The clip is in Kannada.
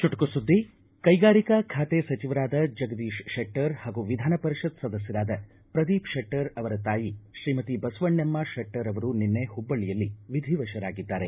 ಚುಟುಕು ಸುದ್ದಿ ಕ್ಟೆಗಾರಿಕಾ ಖಾತೆ ಸಚಿವರಾದ ಜಗದೀಶ್ ಶೆಟ್ಟರ್ ಹಾಗೂ ವಿಧಾನ ಪರಿಷತ್ ಸದಸ್ಕರಾದ ಪ್ರದೀಪ್ ಶೆಟ್ಟರ್ ಅವರ ತಾಯಿ ಶ್ರೀಮತಿ ಬಸವಣ್ಣಮ್ಮ ಶೆಟ್ಟರ್ ಅವರು ನಿನ್ನೆ ಹುಬ್ಬಳ್ಳಿಯಲ್ಲಿ ವಿಧಿವಶರಾಗಿದ್ದಾರೆ